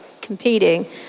competing